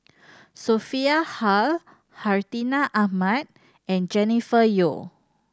Sophia Hull Hartinah Ahmad and Jennifer Yeo